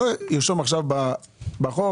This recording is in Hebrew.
לא ארשום בחוק: